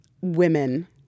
women